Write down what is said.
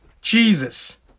Jesus